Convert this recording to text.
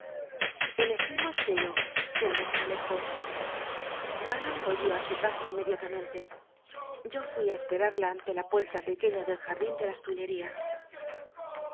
elegimos chaillot que no está lejos manon volvió a su casa inmediatamente yo fui a esperarla ante la puerta pequeña del jardín de las tullerías